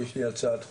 יש לי הצעת חוק,